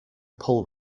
pull